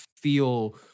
feel